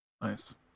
Nice